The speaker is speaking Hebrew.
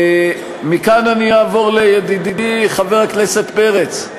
מכאן אני אעבור לידידי חבר הכנסת פרץ.